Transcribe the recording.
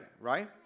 right